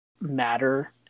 matter